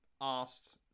asked